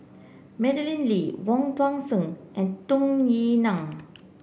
Madeleine Lee Wong Tuang Seng and Tung Yue Nang